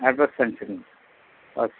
address அனுப்பிச்சுருங்க okay ம்